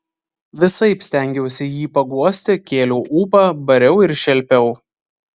visaip stengiausi jį paguosti kėliau ūpą bariau ir šelpiau